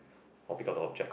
or pick up the object